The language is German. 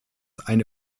eine